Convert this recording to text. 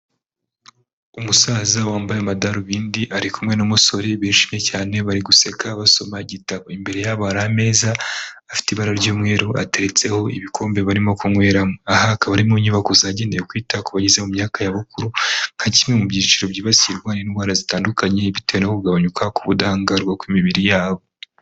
Umusaza wambaye amadarubindi , ari kumwe n'umusore bishimye cyane bari guseka basoma igitabo, imbere yabo hari ameza afite ibara ry'umweru, ateretseho ibikombe barimo kunywera , aha akaba ari mu nyubako zagenewe kwita ku bageze mu myaka ya bukuru nka kimwe mu byiciro byibasirwa n'indwara zitandukanye, bitewe no kugabanyuka k'ubudahangarwa kw'imibiri yabo.